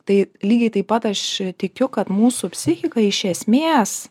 tai lygiai taip pat aš tikiu kad mūsų psichika iš esmės